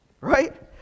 right